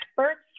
experts